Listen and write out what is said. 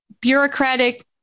bureaucratic